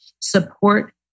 support